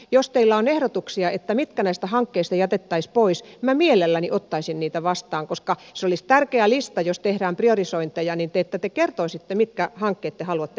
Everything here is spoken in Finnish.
jos teillä on ehdotuksia mitkä näistä hankkeista jätettäisiin pois niin minä mielelläni ottaisin niitä vastaan koska se olisi tärkeä lista jos tehdään priorisointeja että te kertoisitte mitkä hankkeet te haluatte pois täältä